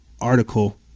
article